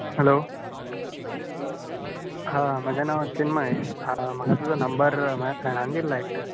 hello हां म्हजें नांव चिन्मय हां म्हाका तुजो नंबर म्हज्या फ्रॅणान दिल्लो एकट्या